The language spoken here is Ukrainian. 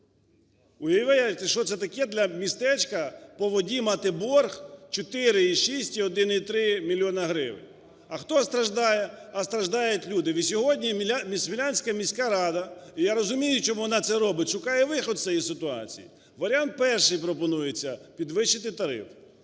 Уявляєте, що це таке для містечка, по воді мати борг 4,6 і 1,3 мільйони гривень?! А хто страждає? А страждають люди. І сьогодні Смілянська міська рада - і я розумію, чому вона це робить, - шукає вихід із цієї ситуації. Варіант перший: пропонується підвищити тариф.